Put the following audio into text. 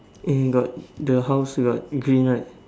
in got the house got green right